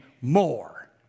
more